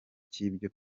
cy’ibyo